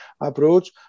approach